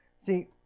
See